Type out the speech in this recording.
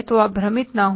तो आप भ्रमित ना हो